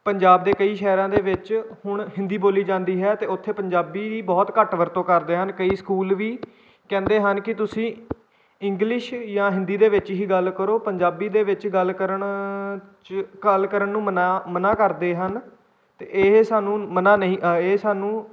ਪੰਜਾਬ ਦੇ ਕਈ ਸ਼ਹਿਰਾਂ ਦੇ ਵਿੱਚ ਹੁਣ ਹਿੰਦੀ ਬੋਲੀ ਜਾਂਦੀ ਹੈ ਅਤੇ ਉੱਥੇ ਪੰਜਾਬੀ ਵੀ ਬਹੁਤ ਘੱਟ ਵਰਤੋਂ ਕਰਦੇ ਹਨ ਕਈ ਸਕੂਲ ਵੀ ਕਹਿੰਦੇ ਹਨ ਕਿ ਤੁਸੀਂ ਇੰਗਲਿਸ਼ ਜਾਂ ਹਿੰਦੀ ਦੇ ਵਿੱਚ ਹੀ ਗੱਲ ਕਰੋ ਪੰਜਾਬੀ ਦੇ ਵਿੱਚ ਗੱਲ ਕਰਨ 'ਚ ਗੱਲ ਕਰਨ ਨੂੰ ਮਨਾ ਮਨਾਂ ਕਰਦੇ ਹਨ ਅਤੇ ਇਹ ਸਾਨੂੰ ਮਨਾ ਨਹੀਂ ਇਹ ਸਾਨੂੰ